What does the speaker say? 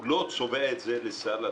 הוא לא צובע את זה לסל התרופות.